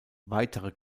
weitere